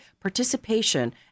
participation